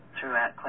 throughout